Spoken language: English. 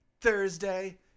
Thursday